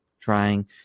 trying